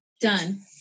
Done